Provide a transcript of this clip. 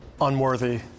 Unworthy